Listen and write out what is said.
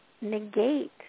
negate